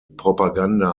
propaganda